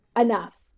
enough